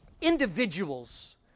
individuals